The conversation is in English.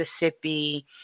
Mississippi